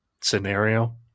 scenario